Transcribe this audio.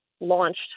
launched